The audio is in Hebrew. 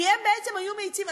כי הם בעצם היו מאיצים.